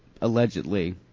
allegedly